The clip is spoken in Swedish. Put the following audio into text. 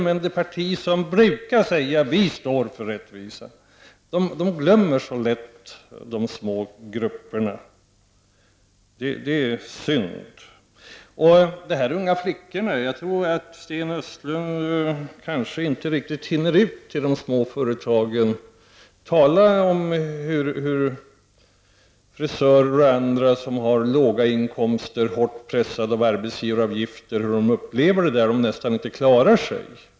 Men det parti som brukar säga att det står för rättvisa glömmer så lätt de små grupperna. Det är synd. Jag tror att Sten Östlund inte riktigt hinner ut till de små företagen och tala med frisörer och andra, som har låga inkomster och är hårt pressade av arbetsgivaravgifter, om hur de upplever att nästan ingen klarar sig.